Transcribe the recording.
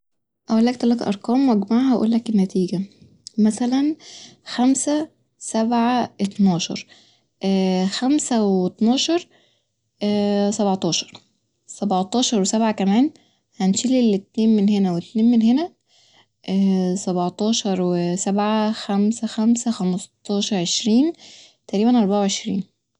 أقولك تلت أرقام وأجمعها وأقولك النتيجة ، مثلا خمسة سبعة اتناشر خمسة واتناشر سبعتاشر ، سبعتاشر وسبعة كمان ، هنشيل الاتنين من هنا واتنين من هنا سبعتاشر وسبعة خمسة خمسة خمستاشر عشرين تقريبا أربعة وعشرين